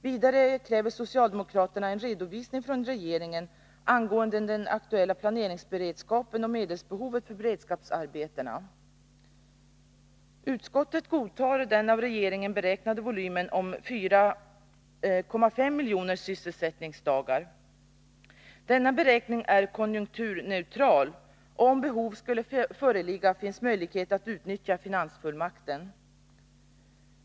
Vidare kräver socialdemokraterna en redovisning från regeringen angående den aktuella planeringsberedskapen och medelsbehovet för beredskapsarbetena. Utskottet godtar den av regeringen beräknade volymen om 4,5 miljoner sysselsättningsdagar. Denna beräkning är konjunkturneutral, och om behov skulle föreligga finns möjlighet att utnyttja finansfullmakten.